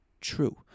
True